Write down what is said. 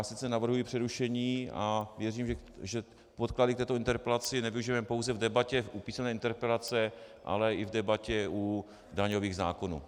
Sice navrhuji přerušení a věřím, že podklady k této interpelaci nevyužijeme pouze v debatě u písemné interpelace, ale i v debatě u daňových zákonů.